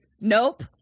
nope